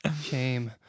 Shame